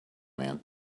man